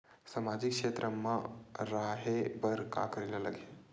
सामाजिक क्षेत्र मा रा हे बार का करे ला लग थे